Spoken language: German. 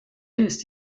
ist